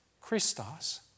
Christos